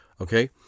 Okay